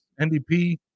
NDP